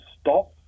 stop